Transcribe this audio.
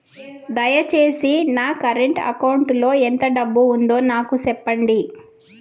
దయచేసి నా current account లో ఎంత డబ్బు ఉందో నాకు సెప్పండి